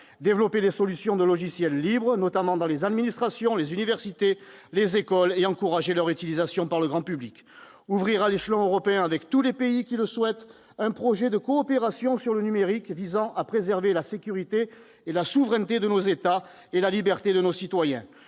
développer les solutions de logiciels libres, notamment dans les administrations, les universités et les écoles, tout en encourageant leur utilisation par le grand public ; ouvrir, à l'échelon européen, avec tous les pays qui le souhaitent, un projet de coopération en matière de numérique visant à préserver la sécurité et la souveraineté de nos États et la liberté de nos citoyens.